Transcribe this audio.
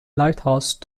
lighthouse